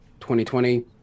2020